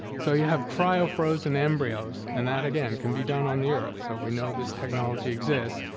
so you have cryofrozen embryos, and that, again, can be done on the earth, so we know this technology exists,